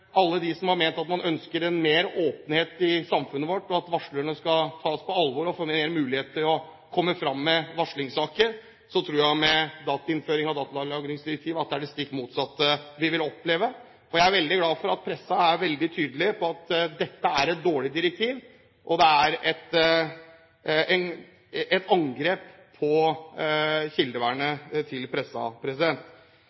alle dem som har ønsket en mer åpenhet i samfunnet vårt, og at varslerne skal tas på alvor og få mulighet til å komme fram med varslingssaker – at med innføring av datalagringsdirektivet er det det stikk motsatte vi vil oppleve. Jeg er veldig glad for at pressen er veldig tydelig på at dette er et dårlig direktiv. Det er et angrep på